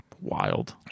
Wild